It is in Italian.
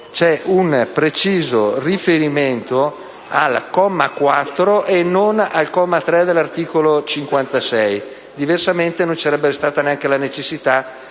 C'è un preciso riferimento al comma 4 e non al comma 3 dell'articolo 56. Diversamente, non ci sarebbe stata neanche la necessità